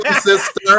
sister